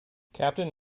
captain